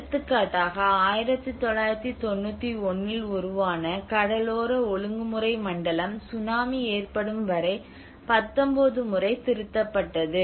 எடுத்துக்காட்டாக 1991 ல் உருவான கடலோர ஒழுங்குமுறை மண்டலம் சுனாமி ஏற்படும் வரை 19 முறை திருத்தப்பட்டது